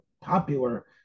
popular